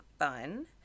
fun